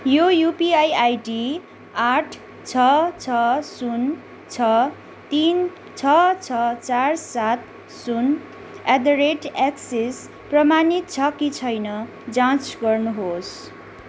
यो UPI ID आठ छ छ शून्य छ तिन छ छ चार सात शून्य एट द रेट एक्सिस प्रमाणित छ कि छैन जाँच गर्नुहोस्